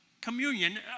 communion